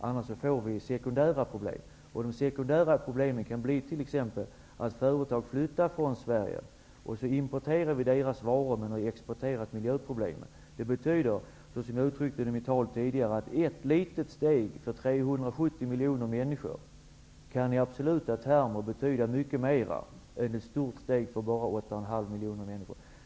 Annars får vi sekundära problem. Det kan t.ex. hända att företag flyttar från Sverige och att vi importerar deras varor när vi har exporterat miljöproblemet. Jag sade i mitt tal tidigare att ett litet steg för 370 miljoner människor kan i absoluta termer betyda mycket mera än ett stort steg för våra 8,5 miljoner invånare.